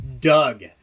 Doug